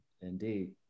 Indeed